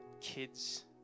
kids